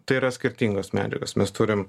tai yra skirtingos medžiagos mes turim